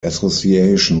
association